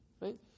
right